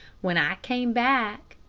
when i came back,